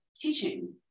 Teaching